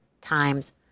times